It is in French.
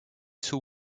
sous